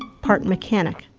ah part mechanic.